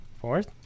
Fourth